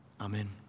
Amen